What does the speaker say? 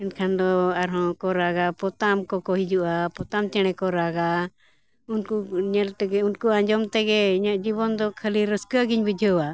ᱮᱱᱠᱷᱟᱱ ᱫᱚ ᱟᱨᱦᱚᱸ ᱠᱚ ᱨᱟᱜᱟ ᱯᱚᱛᱟᱢ ᱠᱚᱠᱚ ᱦᱤᱡᱩᱜᱼᱟ ᱯᱚᱛᱟᱢ ᱪᱮᱬᱮ ᱠᱚ ᱨᱟᱜᱟ ᱩᱱᱠᱩ ᱧᱮᱞ ᱛᱮᱜᱮ ᱩᱱᱠᱩ ᱟᱸᱡᱚᱢ ᱛᱮᱜᱮ ᱤᱧᱟᱹᱜ ᱡᱤᱵᱚᱱ ᱫᱚ ᱠᱷᱟᱹᱞᱤ ᱨᱟᱹᱥᱠᱟᱹ ᱜᱤᱧ ᱵᱩᱡᱷᱟᱹᱣᱟ